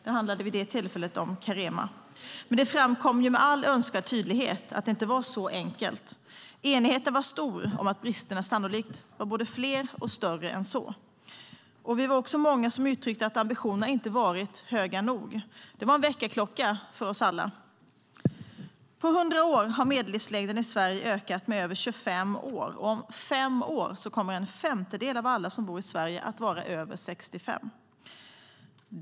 Det handlade vid det tillfället om Carema. Det framkom med all önskvärd tydlighet att det inte var så enkelt. Enigheten var stor om att bristerna sannolikt var både fler och större. Vi var också många som uttryckte att ambitionerna inte varit höga nog. Det var en väckarklocka för oss alla. På 100 år har medellivslängden i Sverige ökat med över 25 år, och om fem år kommer en femtedel av dem som bor i Sverige att vara över 65 år.